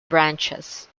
branches